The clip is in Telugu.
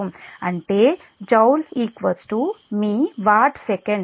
అంటే జౌల్ మీ వాట్ సెకండ్